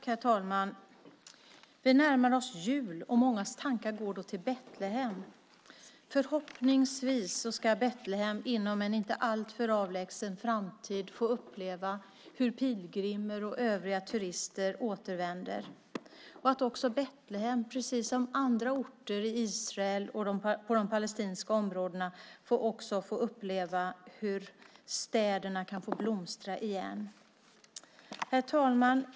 Herr talman! Vi närmar oss jul, och mångas tankar går då till Betlehem. Förhoppningsvis ska Betlehem inom en inte alltför avlägsen framtid få uppleva hur pilgrimer och övriga turister återvänder och att också Betlehem, precis som andra orter i Israel och de palestinska områdena, får uppleva hur städerna kan få blomstra igen. Herr talman!